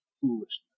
foolishness